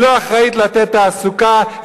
לא אחראית לתת תעסוקה.